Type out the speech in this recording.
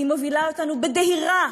היא מובילה אותנו בדהירה